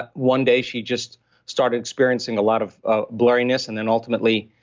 but one day she just started experiencing a lot of ah blurriness. and then, ultimately,